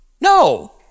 No